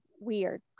weird